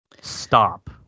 Stop